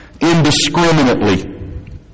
indiscriminately